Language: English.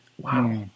Wow